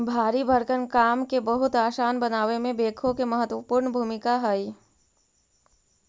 भारी भरकम काम के बहुत असान बनावे में बेक्हो के महत्त्वपूर्ण भूमिका हई